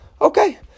Okay